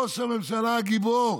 ראש הממשלה הגיבור